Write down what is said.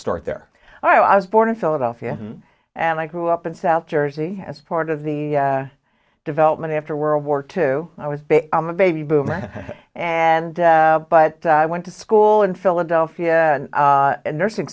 start there i was born in philadelphia and i grew up in south jersey as part of the development after world war two i was i'm a baby boomer and but i went to school in philadelphia and nursing